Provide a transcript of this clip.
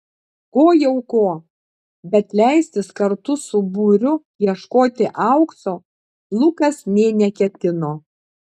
ko jau ko bet leistis kartu su būriu ieškoti aukso lukas nė neketino